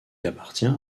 appartient